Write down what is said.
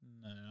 No